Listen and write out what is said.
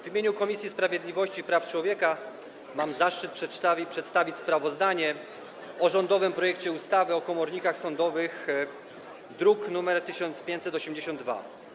W imieniu Komisji Sprawiedliwości i Praw Człowieka mam zaszczyt przedstawić sprawozdanie o rządowym projekcie ustawy o komornikach sądowych, druk nr 1582.